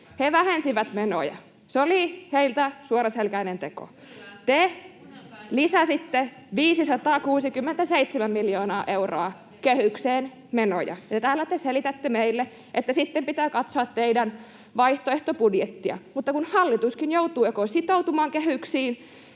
He vähensivät menoja. Se oli heiltä suoraselkäinen teko. [Leena Meri: Kyllä!] Te lisäsitte 567 miljoonaa euroa kehykseen menoja, ja täällä te selitätte meille, että sitten pitää katsoa teidän vaihtoehtobudjettianne, mutta kun hallituskin joutuu joko sitoutumaan kehyksiin